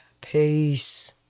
Peace